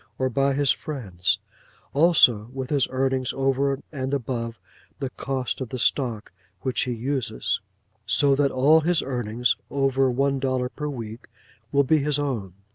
or by his friends also with his earnings over and above the cost of the stock which he uses so that all his earnings over one dollar per week will be his own.